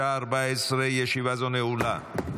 אושרה בקריאה הראשונה ותעבור לדיון